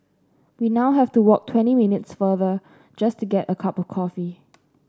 we now have to walk twenty minutes farther just to get a cup of coffee